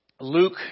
Luke